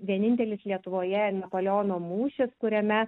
vienintelis lietuvoje napoleono mūšis kuriame